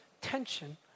tension